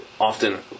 often